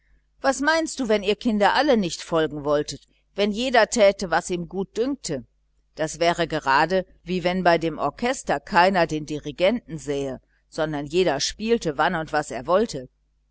was meinst du wenn ihr kinder alle nicht folgen wolltet wenn jeder täte was ihm gut dünkt das wäre gerade wie wenn bei dem orchester keiner auf den dirigenten sähe sondern jeder spielte wann und was er wollte